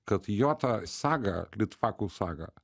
kad jo ta saga litvakų saga